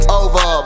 over